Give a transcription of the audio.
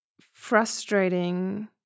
frustrating